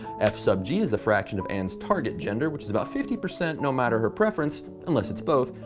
f sub g is the fraction of ann's target gender, which is about fifty percent no matter her preference. unless it's both,